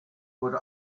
wurde